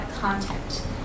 content